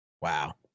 Wow